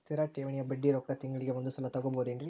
ಸ್ಥಿರ ಠೇವಣಿಯ ಬಡ್ಡಿ ರೊಕ್ಕ ತಿಂಗಳಿಗೆ ಒಂದು ಸಲ ತಗೊಬಹುದೆನ್ರಿ?